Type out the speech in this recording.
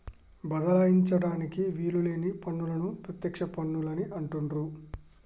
బదలాయించడానికి వీలు లేని పన్నులను ప్రత్యక్ష పన్నులు అని అంటుండ్రు